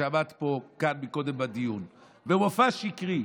שעמד פה כאן קודם בדיון במופע שקרי,